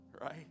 Right